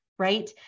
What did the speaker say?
right